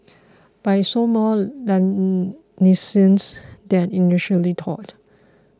but he showed more leniency than initially thought